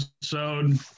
episode